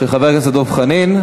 של חבר הכנסת דב חנין,